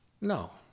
No